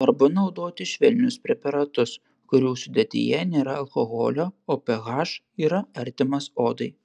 svarbu naudoti švelnius preparatus kurių sudėtyje nėra alkoholio o ph yra artimas odai